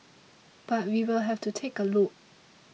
but we'll have to take a look